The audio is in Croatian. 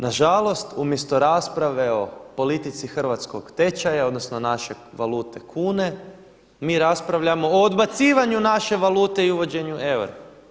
Nažalost, umjesto rasprave o politici hrvatskog tečaja odnosno naše valute kune mi raspravljamo o odbacivanju naše valute i uvođenju eura.